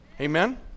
Amen